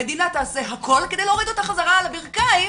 המדינה תעשה הכול כדי להוריד אותה חזרה על הברכיים,